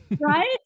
right